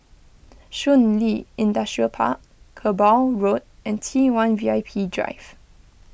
Shun Li Industrial Park Kerbau Road and T one V I P Drive